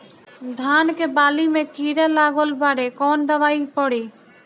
धान के बाली में कीड़ा लगल बाड़े कवन दवाई पड़ी?